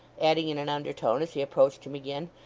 adding in an undertone as he approached him again,